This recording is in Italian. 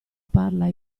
parla